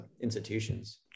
institutions